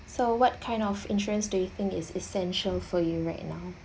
so what kind of insurance do you think is essential for you right now